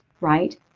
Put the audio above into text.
right